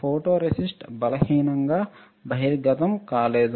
photoresist బలహీనంగా బహిర్గతం కాలేదు